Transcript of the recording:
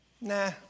nah